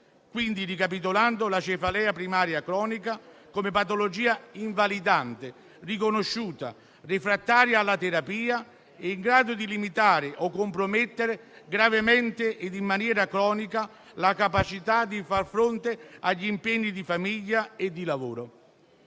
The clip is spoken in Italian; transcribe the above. Quindi, ricapitolando, la cefalea primaria cronica come patologia invalidante riconosciuta, refrattaria alla terapia, è in grado di limitare o compromettere gravemente e in maniera cronica la capacità di far fronte agli impegni di famiglia e di lavoro.